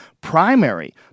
Primary